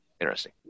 Interesting